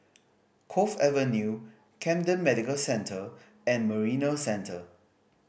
Cove Avenue Camden Medical Centre and Marina Centre